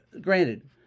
Granted